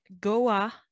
Goa